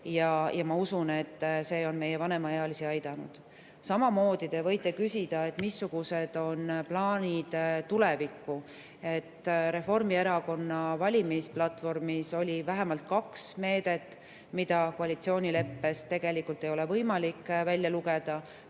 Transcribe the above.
ja ma usun, et see on meie vanemaealisi [inimesi] aidanud. Samamoodi te võite küsida, missugused on plaanid tulevikus? Reformierakonna valimisplatvormis oli vähemalt kaks meedet, mida koalitsioonileppest tegelikult ei ole võimalik välja lugeda.